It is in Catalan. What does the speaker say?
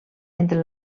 entre